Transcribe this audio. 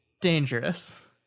dangerous